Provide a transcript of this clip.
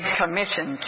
commission